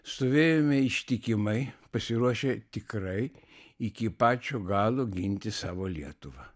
stovėjome ištikimai pasiruošę tikrai iki pačio galo ginti savo lietuvą